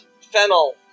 Fennel